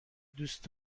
دوست